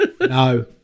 No